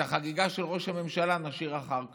את החגיגה של ראש הממשלה נשאיר לאחר כך.